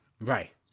Right